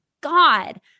God